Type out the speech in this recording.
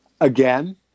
again